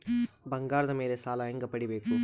ಬಂಗಾರದ ಮೇಲೆ ಸಾಲ ಹೆಂಗ ಪಡಿಬೇಕು?